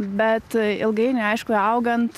bet ilgainiui aišku augant